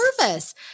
nervous